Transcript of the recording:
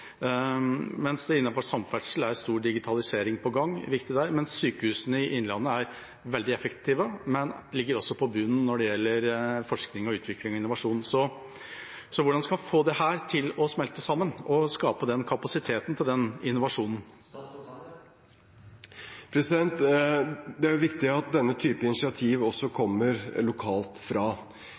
mens det innenfor samferdsel er stor digitalisering på gang – viktig der – og sykehusene i Innlandet er veldig effektive, men ligger på bunnen når det gjelder forskning, utvikling og innovasjon. Hvordan skal en få dette til å smelte sammen og skape kapasitet til innovasjon? Det er viktig at denne typen initiativ også kommer fra lokalt